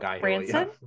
Branson